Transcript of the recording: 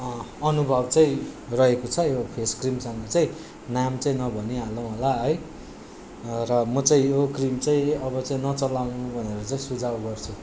अनुभव चाहिँ रहेको छ यो फेस क्रिमसँग चाहिँ नाम चाहिँ नभनी हालौँ होला है र म चाहिँ यो क्रिम चाहिँ अब चाहिँ नचलाउनु भनेर चाहिँ सुझाउ गर्छु